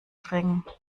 ring